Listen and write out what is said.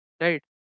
right